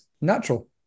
natural